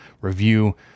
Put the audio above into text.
review